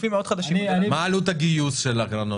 עלות הגיוס של הקרנות?